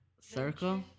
circle